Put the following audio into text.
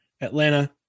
Atlanta